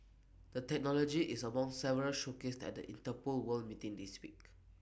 the technology is among several showcased at the Interpol world meeting this week